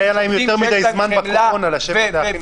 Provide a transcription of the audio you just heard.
היה להם יותר מדי זמן בקורונה לשבת להכין בחינה קשה.